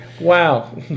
wow